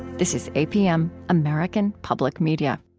this is apm, american public media